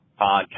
podcast